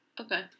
Okay